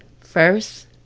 first